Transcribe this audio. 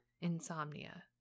Insomnia